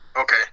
Okay